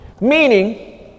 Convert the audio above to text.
meaning